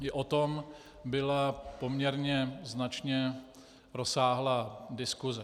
I o tom byla poměrně značně rozsáhlá diskuse.